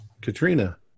Katrina